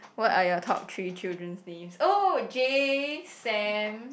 what are your top three children's names oh Jay Sam